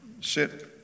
sit